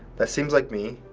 that seems like me.